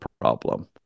problem